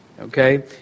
Okay